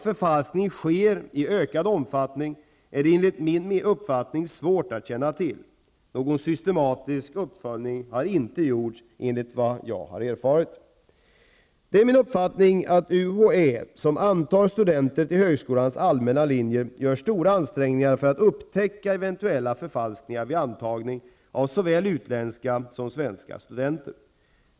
Det är enligt min uppfattning svårt att veta om förfalskning sker i ökad omfattning. Någon systematisk uppföljning har inte gjorts enligt vad jag erfarit. Det är min uppfattning att UHÄ, som antar studenter till högskolans allmänna linjer, gör stora ansträngningar för att upptäcka eventuella förfalskningar vid antagning av såväl utländska som svenska studenter.